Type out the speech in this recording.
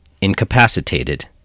incapacitated